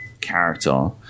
character